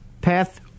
path